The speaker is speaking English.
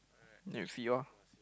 then you see orh